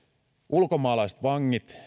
ulkomaalaiset vangit